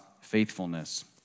faithfulness